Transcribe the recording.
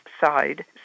side